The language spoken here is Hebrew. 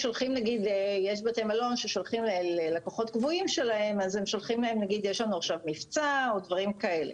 יש בתי מלון ששולחים ללקוחות קבועים שלהם כאשר יש מבצע וכדומה.